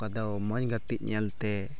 ᱚᱠᱟ ᱫᱚ ᱢᱚᱡᱽ ᱜᱟᱛᱮᱜ ᱧᱮᱞ ᱛᱮ